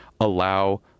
allow